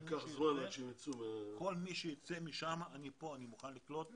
כל מי שיצא משם, אני כאן, אני מוכן לקלוט אותם.